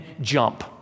jump